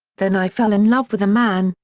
then i fell in love with a man,